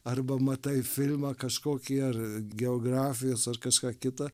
arba matai filmą kažkokį ar geografijos ar kažką kitą